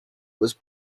was